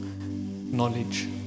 knowledge